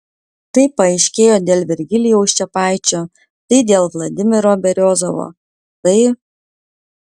tai paaiškėjo dėl virgilijaus čepaičio tai dėl vladimiro beriozovo tai